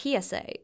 PSA